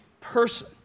person